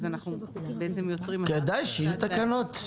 אז אנחנו בעצם יוצרים מצב --- כדאי שיהיו תקנות,